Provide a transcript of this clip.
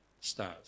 stars